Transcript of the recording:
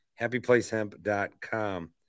HappyPlaceHemp.com